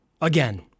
Again